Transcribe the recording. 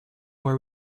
where